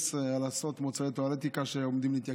על עשרות מוצרי טואלטיקה שעומדים להתייקר,